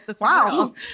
Wow